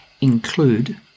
include